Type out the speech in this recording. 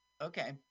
Okay